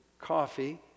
coffee